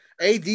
AD